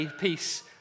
peace